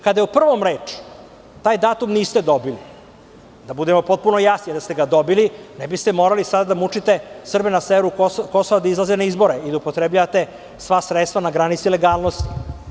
Kada je o prvom reč, taj datum niste dobili, da budemo jasni, da ste ga dobili ne biste morali sada da mučite Srbe na severu Kosova da izlaze na izbore i da upotrebljavate sva sredstva na granici ilegalnosti.